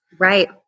Right